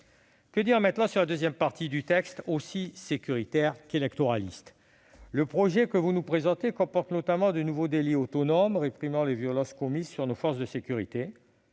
Que dire maintenant de la deuxième partie du texte, aussi sécuritaire qu'électoraliste ? Le projet que vous nous présentez comporte notamment de nouveaux délits autonomes visant à réprimer les violences commises sur nos forces de sécurité.